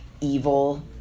evil